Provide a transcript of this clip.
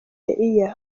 year